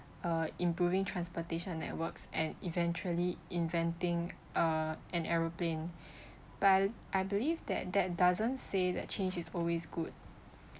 uh improving transportation networks and eventually inventing uh an aeroplane but I believe that that doesn't say that change is always good